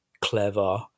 clever